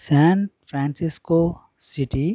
San Francisco city